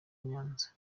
nyanza